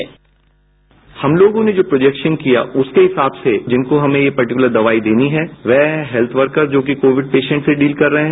bite हम लोगों ने जो प्रोजैक्शन किया उसके हिसाब से जिनको हमें यह पर्टिक्लर दवाई देनी है वह हैं हैल्थ वर्कर्स जो कि कोविड पेशेन्ट्स से डील कर रहे हैं